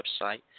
website